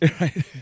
Right